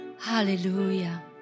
Hallelujah